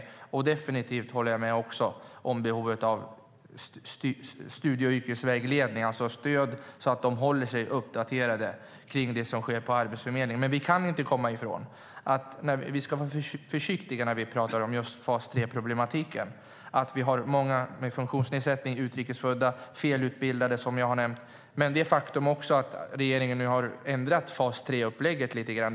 Jag håller definitivt också med om behovet av studie och yrkesvägledning, alltså stöd så att man håller sig uppdaterad när det gäller det som sker på Arbetsförmedlingen. Men vi kan inte komma ifrån att vi ska vara försiktiga när vi talar om fas 3-problematiken. Vi har många med funktionsnedsättning, utrikes födda och felutbildade, som jag har nämnt. Vi ska också tänka på det faktum att regeringen nu har ändrat fas 3-upplägget lite grann.